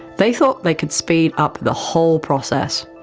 they thought they could speed up the whole process,